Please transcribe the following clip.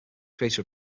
creator